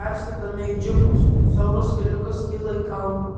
persėdame į džipus siauras keliukas kyla į kalną